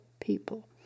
people